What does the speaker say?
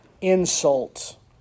insult